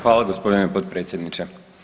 Hvala, gospodine potpredsjedniče.